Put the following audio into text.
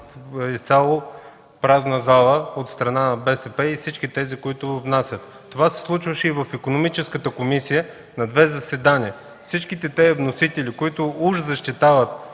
изцяло празна зала от страна на БСП и на всички вносители, се случваше и в Икономическата комисия на две заседания. Всички тези вносители, които уж защитават